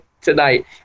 tonight